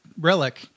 relic